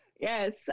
Yes